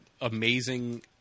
amazing